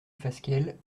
fasquelle